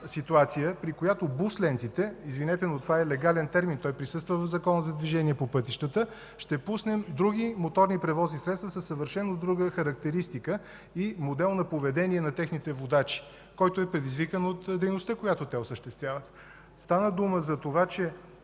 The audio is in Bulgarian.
ситуация, при която в бус лентите – извинете, но това е легален термин, той присъства в Закона за движение по пътищата, ще пуснем други моторни превозни средства със съвършено друга характеристика и модел на поведение на техните водачи, който е предизвикан от дейността, която те осъществяват. Стана дума за това, че,